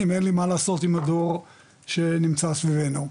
אין לי מה לעשות עם הדור שנמצא סביבנו.